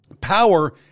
power